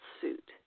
suit